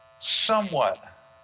somewhat